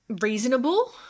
reasonable